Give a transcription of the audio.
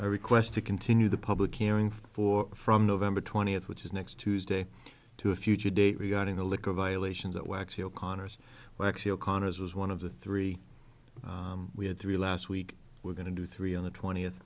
a request to continue the public hearing for from november twentieth which is next tuesday to a future date regarding the liquor violations that were actually o'connor's well actually o'connor's was one of the three we had three last week we're going to do three on the twentieth